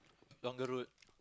longer road